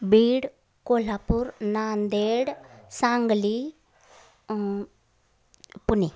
Beed Kolhapur Nanded Sangli Pune